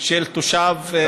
של תושב ואדי עארה.